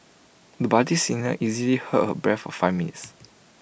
the budding singer easily held her breath for five minutes